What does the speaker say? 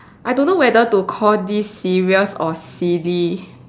I don't know whether to call this serious or silly